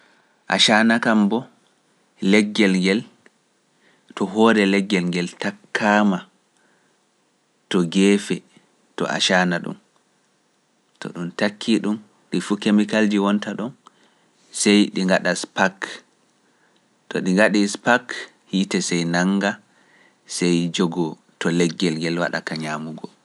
Asana kam mbo leggel ngel to hoore leggel ngel takkaama to geefe to asana ɗum, to ɗum takki ɗum ɗi fu kemikalji wonta ɗon, sey ɗi ngaɗa SPAC, to ɗi ngaɗi SPAC hiite sey nannga sey jogoo to leggel ngel waɗa ka ñaamugo.